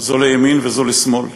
זו לימין וזו לשמאל.